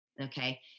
Okay